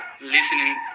listening